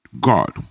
God